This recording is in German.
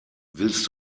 willst